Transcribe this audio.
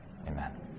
Amen